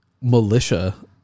Militia